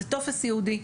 זה טופס ייעודי,